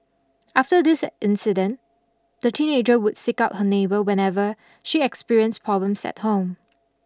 after this incident the teenager would seek out her neighbour whenever she experienced problems at home